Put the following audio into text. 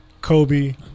Kobe